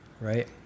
Right